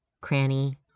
cranny